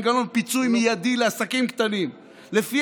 מנגנון פיצוי מיידי לעסקים קטנים לפי